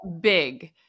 big